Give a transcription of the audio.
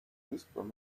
whisperer